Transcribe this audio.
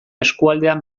eskualdea